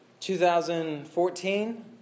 2014